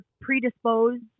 predisposed